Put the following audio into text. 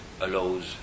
allows